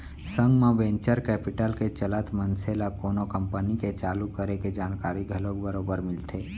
संग म venture capital के चलत मनसे ल कोनो कंपनी के चालू करे के जानकारी घलोक बरोबर मिलथे